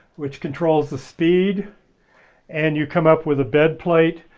which controls the speed and you come up with a bed plate,